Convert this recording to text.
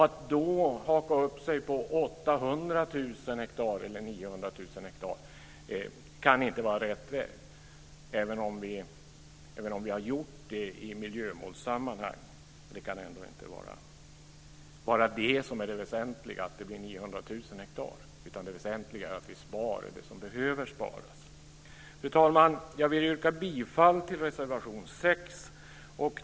Att haka upp sig på 800 000 eller 900 000 hektar kan inte vara rätt väg även om vi i miljömålssammanhang har gjort det. Det väsentliga kan inte vara 900 000 hektar, utan det väsentliga måste vara att vi sparar det som behöver sparas. Fru talman! Jag vill yrka bifall till reservation 6.